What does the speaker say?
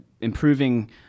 improving